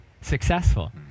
successful